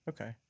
Okay